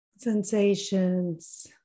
Sensations